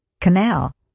canal